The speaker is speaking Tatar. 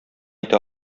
итә